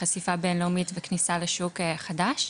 חשיפה בין לאומית וכניסה לשוק החדש.